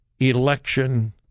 Election